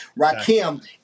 Rakim